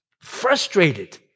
frustrated